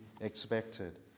expected